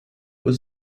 was